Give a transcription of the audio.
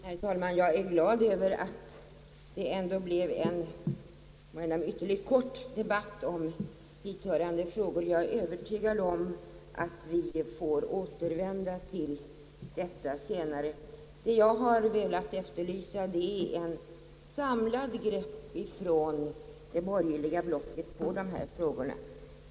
Herr talman! Jag är glad över att det i alla fall blev en kort debatt om dessa frågor. Jag är Övertygad om att vi får återvända till dem senare. Vad jag har velat efterlysa är ett samlat grepp från det borgerliga blocket i dessa frågor.